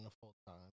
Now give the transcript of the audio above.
full-time